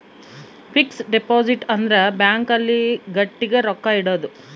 fix deposit ಅಂದ್ರ bank ಅಲ್ಲಿ ಗಟ್ಟಿಗ ರೊಕ್ಕ ಇಡೋದು